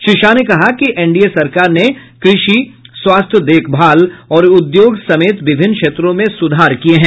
श्री शाह ने कहा कि एनडीए सरकार ने कृषि स्वास्थ्य देखभाल और उद्योग समेत विभिन्न क्षेत्रों में सुधार किए हैं